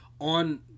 on